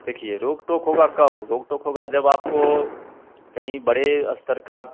देखिए रोक टोक होगी कब रोक टोक होगी जब आपको कहीं बड़े स्तर का